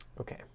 Okay